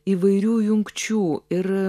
įvairių jungčių ir